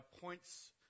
points